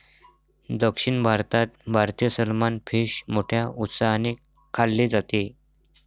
दक्षिण भारतात भारतीय सलमान फिश मोठ्या उत्साहाने खाल्ले जाते